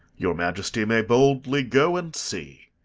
your majesty may boldly go and see.